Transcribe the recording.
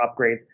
upgrades